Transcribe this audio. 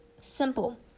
simple